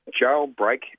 jailbreak